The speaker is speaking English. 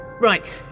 Right